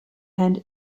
and